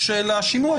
של השימוע.